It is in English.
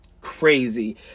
crazy